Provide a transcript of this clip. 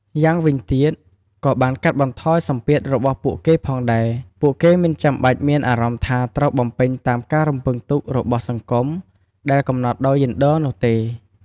យ៉ាងវិញទៀតក៏បានកាត់បន្ថយសម្ពាធរបស់ពួកគេផងដែរ ពួកគេមិនចាំបាច់មានអារម្មណ៍ថាត្រូវបំពេញតាមការរំពឹងទុករបស់សង្គមដែលកំណត់ដោយយេនឌ័រនោះទេ។